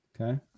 Okay